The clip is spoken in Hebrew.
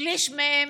שליש מהן